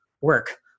work